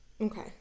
Okay